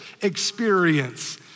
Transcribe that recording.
experience